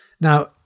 now